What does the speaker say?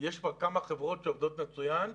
שיש כבר כמה חברות שעובדות מצוין.